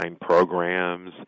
programs